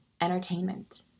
entertainment